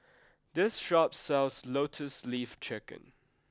this shop sells Lotus Leaf Chicken